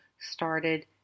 started